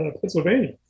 Pennsylvania